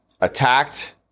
attacked